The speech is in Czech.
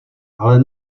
ale